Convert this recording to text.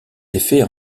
effets